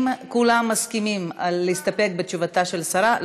אם כולם מסכימים להסתפק בתשובתה של השרה,